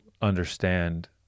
understand